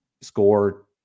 score